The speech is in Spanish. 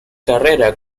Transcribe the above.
carrera